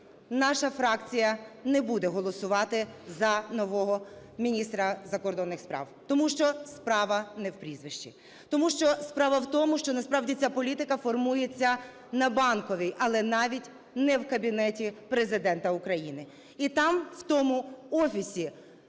Наша фракція не буде голосувати за нового міністра закордонних справ, тому що справа не в прізвищі, тому що справа в тому, що насправді ця політика формується на Банковій, але навіть не в кабінеті Президента України. І там, в тому офісі